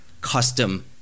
custom